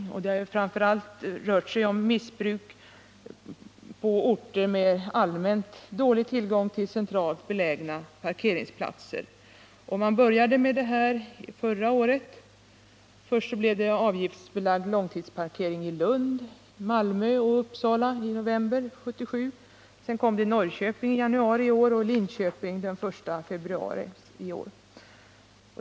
Det uppges att det framför allt rört sig om missbruk på orter med allmänt dålig tillgång till centralt belägna parkeringsplatser. Man började med detta förra året. Först infördes avgiftsbelagd långtidsparkering i Lund, Malmö och Uppsala i november 1977. Sedan kom sådan i Norrköping i januari och i Linköping i februari i år.